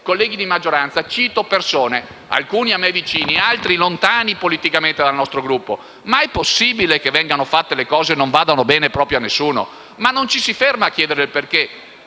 colleghi di maggioranza, cito persone, alcune a me vicine, altre lontane politicamente dal mio Gruppo: è possibile che vengano fatte delle cose che non vanno bene proprio a nessuno? Non ci si ferma a chiedersi il perché?